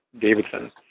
Davidson